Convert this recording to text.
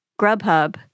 Grubhub